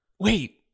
Wait